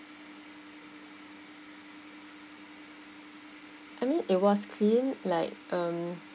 I mean it was clean like um